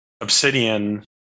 Obsidian